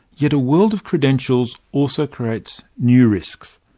yet a world of credentials also creates new risks.